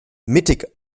mittig